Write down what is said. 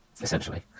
essentially